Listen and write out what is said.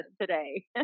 today